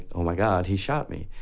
oh my god, he shot me.